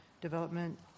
development